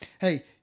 Hey